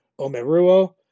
Omeruo